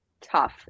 tough